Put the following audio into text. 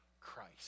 Christ